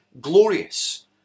glorious